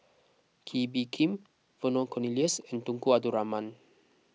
Kee Bee Khim Vernon Cornelius and Tunku Abdul Rahman